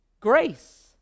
Grace